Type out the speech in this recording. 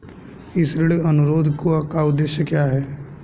इस ऋण अनुरोध का उद्देश्य क्या है?